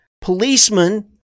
policemen